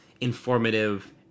informative